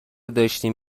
داشتیم